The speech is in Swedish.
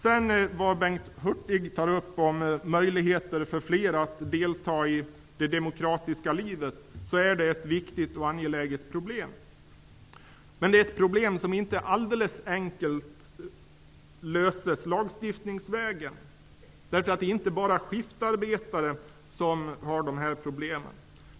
Bengt Hurtig tar upp möjligheten för fler att delta i det demokratiska livet. Det är ett viktigt och angeläget problem. Men det är ett problem som inte alldeles enkelt löses lagstiftningsvägen. Det är inte bara skiftarbetare som har de här problemen.